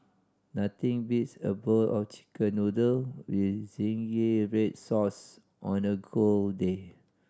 nothing beats a bowl of Chicken Noodle with zingy red sauce on a cold day